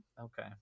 Okay